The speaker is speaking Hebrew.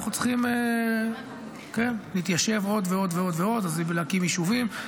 אנחנו צריכים להתיישב עוד ועוד ולהקים יישובים.